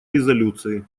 резолюции